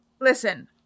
Listen